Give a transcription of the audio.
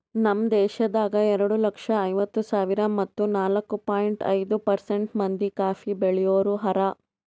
ನಮ್ ದೇಶದಾಗ್ ಎರಡು ಲಕ್ಷ ಐವತ್ತು ಸಾವಿರ ಮತ್ತ ನಾಲ್ಕು ಪಾಯಿಂಟ್ ಐದು ಪರ್ಸೆಂಟ್ ಮಂದಿ ಕಾಫಿ ಬೆಳಿಯೋರು ಹಾರ